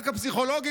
היום,